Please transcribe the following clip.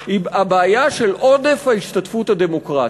היא הבעיה של עודף ההשתתפות הדמוקרטית,